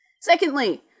Secondly